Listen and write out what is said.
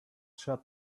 shut